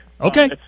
Okay